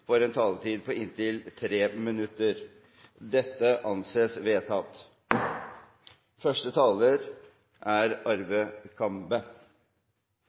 får en taletid på inntil 3 minutter. – Det anses vedtatt